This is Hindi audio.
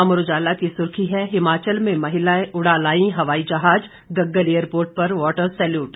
अमर उजाला की सुर्खी है हिमाचल में महिलाएं उड़ा लाई हवाई जहाज गगल एयरपोर्ट पर वाटर सैल्यूट